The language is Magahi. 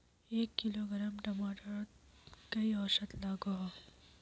एक किलोग्राम टमाटर त कई औसत लागोहो?